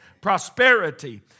prosperity